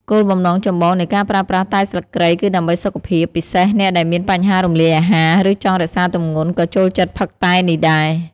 គោលបំណងចម្បងនៃការប្រើប្រាស់តែស្លឹកគ្រៃគឺដើម្បីសុខភាព ពិសេសអ្នកដែលមានបញ្ហារំលាយអាហារ ឬចង់រក្សាទម្ងន់ក៏ចូលចិត្តផឹកតែនេះដែរ។